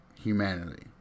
humanity